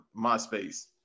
MySpace